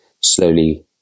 slowly